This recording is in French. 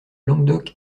languedoc